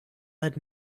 led